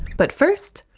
but first,